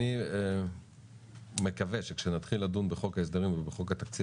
אני מקווה שכשנתחיל לדון בחוק ההסדרים ובחוק התקציב